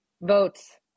votes